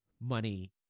money